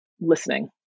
listening